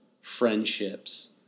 friendships